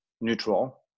neutral